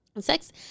sex